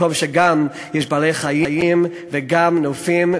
מקום שיש בו גם בעלי-חיים וגם נופים,